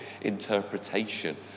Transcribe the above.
interpretation